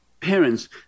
parents